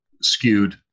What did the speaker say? skewed